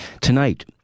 Tonight